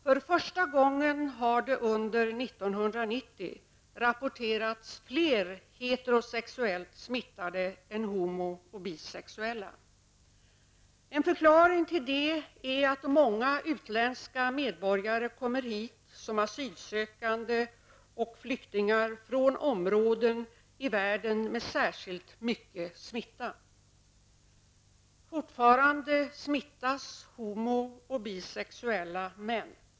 För första gången har det under 1990 rapporterats fler heterosexuellt smittade än homo och bisexuella. En förklaring till detta är att många utländska medborgare kommer hit som asylsökande och flyktingar från områden i världen med särskilt mycket smitta. Fortfarande smittas homo och bisexuella män.